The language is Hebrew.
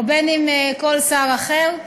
בין שכל שר אחר.